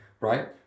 right